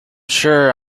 sure